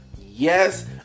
yes